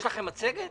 יש לכם מצגת?